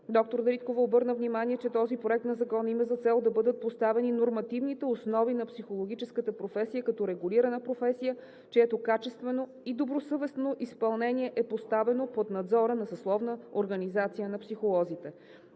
Доктор Дариткова обърна внимание, че този Проект на Закон има за цел да бъдат поставени нормативните основи на психологическата професия като регулирана професия, чието качествено и добросъвестно изпълнение е поставено под надзора на съсловна организация на психолозите.